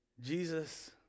Jesus